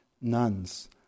nuns